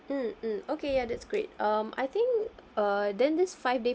mm mm okay ya that's great um I think uh then this five day